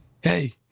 Hey